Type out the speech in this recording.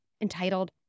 entitled